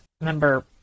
Remember